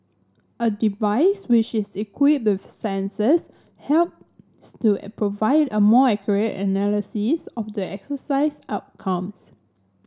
a device which is equipped with sensors helps to provide a more accurate analysis of the exercise outcomes